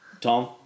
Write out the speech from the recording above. Tom